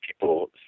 people